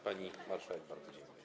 Pani marszałek, bardzo dziękuję.